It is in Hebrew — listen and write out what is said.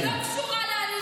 היא לא קשורה לאלימות.